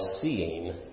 seeing